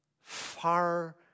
Far